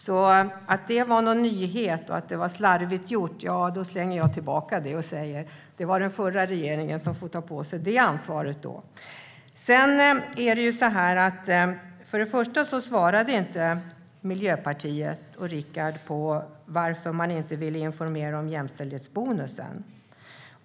Om det var en nyhet och var slarvigt gjort slänger jag tillbaka bollen och säger: Det var den förra regeringen som får ta på sig det ansvaret. Rickard Persson svarade inte på varför man inte ville informera om jämställdhetsbonusen.